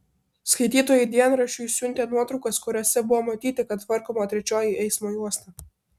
skaitytojai dienraščiui siuntė nuotraukas kuriose buvo matyti kad tvarkoma trečioji eismo juosta